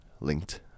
linked